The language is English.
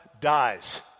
dies